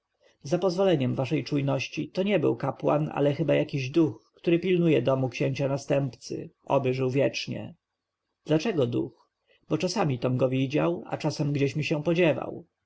za pozwoleniem waszej czujności to nie był kapłan ale chyba jakiś duch który pilnuje domu księcia następcy oby żył wiecznie dlaczego duch bo czasami tom go widział a czasem gdzieś mi się podziewał